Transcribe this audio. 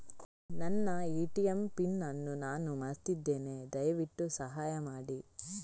ನನ್ನ ATM PIN ಅನ್ನು ನಾನು ಮರ್ತಿದ್ಧೇನೆ, ದಯವಿಟ್ಟು ಸಹಾಯ ಮಾಡಿ